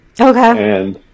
Okay